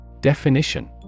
Definition